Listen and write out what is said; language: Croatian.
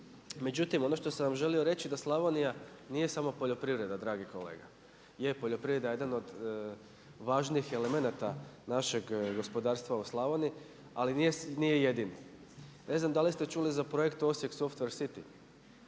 Međutim, ono što sam vam želio reći da Slavonija nije samo poljoprivreda dragi kolega. Je, poljoprivreda je jedan od važnih elemenata našeg gospodarstva u Slavoniji, ali nije jedini. Ne znam da li ste čuli za projekt Osijek software city